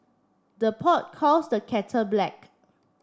the pot calls the kettle black